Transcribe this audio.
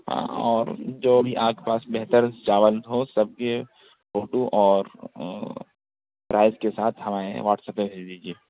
ہاں اور جو بھی آپ کے پاس بہتر چاول ہو سب کے فوٹو اور پرائس کے ساتھ ہمیں واٹسایپ پہ بھیج دیجیے